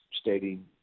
stating